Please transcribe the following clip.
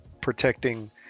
protecting